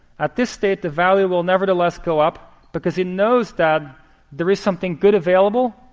at this state, the value will nevertheless go up because it knows that there is something good available.